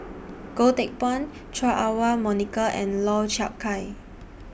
Goh Teck Phuan Chua Ah Huwa Monica and Lau Chiap Khai